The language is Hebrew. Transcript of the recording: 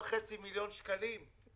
4.5 מיליון שקלים.